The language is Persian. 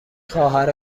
خواهر